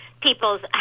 people's